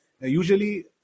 Usually